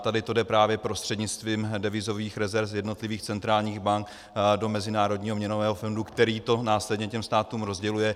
Tady to jde právě prostřednictvím devizových rezerv z jednotlivých centrálních bank do Mezinárodního měnového fondu, který to následně těm státům rozděluje.